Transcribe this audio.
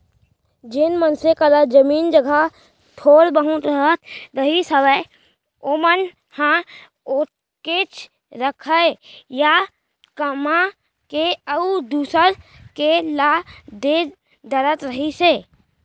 जेन मनसे करा जमीन जघा थोर बहुत रहत रहिस हावय ओमन ह ओतकेच रखय या कमा के अउ दूसर के ला ले डरत रहिस हे